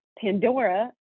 Pandora